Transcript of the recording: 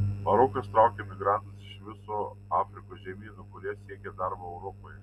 marokas traukia migrantus iš viso afrikos žemyno kurie siekia darbo europoje